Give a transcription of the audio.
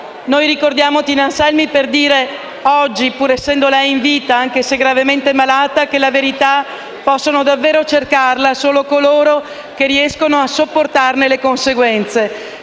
noi ricordiamo Tina Anselmi per dire oggi, pur essendo lei in vita anche se gravemente malata, che la verità possono cercarla davvero solo coloro che riescono a sopportarne le conseguenze.